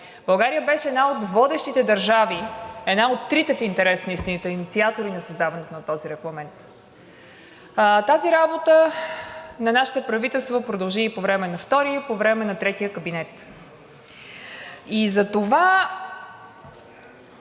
България беше една от водещите държави, една от трите, в интерес на истината, инициатори на създаването на този регламент. Тази работа на нашите правителства продължи по време на втория и по време на третия кабинет и затова